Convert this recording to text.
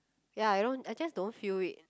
ya I know I just don't feel it